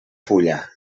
fulla